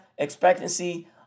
expectancy